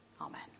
Amen